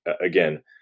again